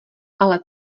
ale